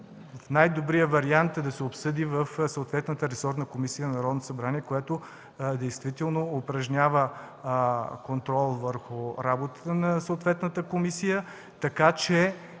върху работата на съответната комисия, така че